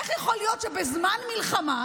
איך יכול להיות שבזמן מלחמה,